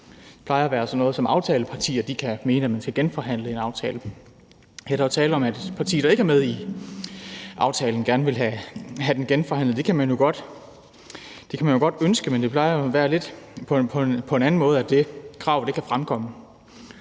Det plejer at være sådan noget, som aftalepartier kan, altså mene, at man skal genforhandle en aftale. Her er der jo tale om, at et parti, der ikke er med i aftalen, gerne vil have den genforhandlet. Det kan man godt ønske, men det plejer jo at være lidt på en anden måde, at det krav kan fremkomme.